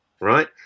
right